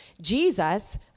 Jesus